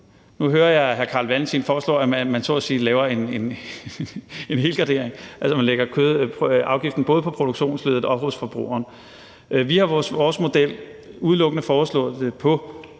Nu hører jeg, at hr. Carl Valentin foreslår, at man så at sige laver en helgardering, altså at man lægger afgiften både på produktionsleddet og hos forbrugeren. Vi har i vores model udelukkende foreslået,